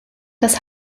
das